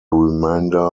remainder